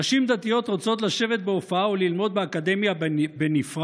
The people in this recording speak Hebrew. נשים דתיות רוצות לשבת בהופעה או ללמוד באקדמיה בנפרד?